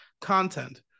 content